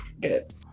Good